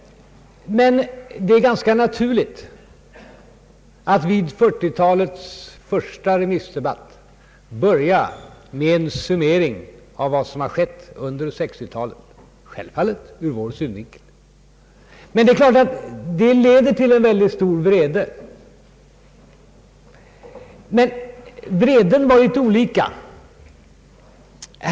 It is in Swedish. Det är ganska naturligt att vid 1970 talets första remissdebatt börja med en summering av vad som har skett under 1960-talet, självfallet ur vår synvinkel. Men det är klart att detta väcker en väldigt stor vrede. Vreden tog sig dock något olika uttryck.